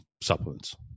supplements